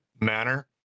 manner